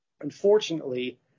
Unfortunately